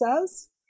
says